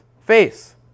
face